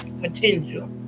potential